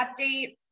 updates